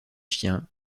chiens